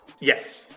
Yes